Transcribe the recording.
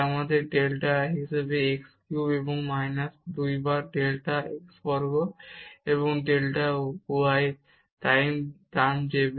যা আমাদের ডেল্টা হিসেবে x কিউব এবং মাইনাস 2 গুণ ডেল্টা x বর্গ এবং ডেল্টা y টার্ম দেবে